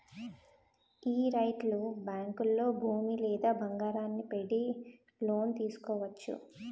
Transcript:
యీ రిటైలు బేంకుల్లో భూమి లేదా బంగారాన్ని పద్దెట్టి లోను తీసుకోవచ్చు